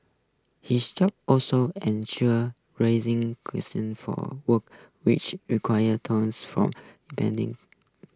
his job also ensure raising for works which required tenders from depending